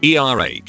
ERH